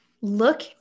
Look